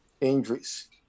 injuries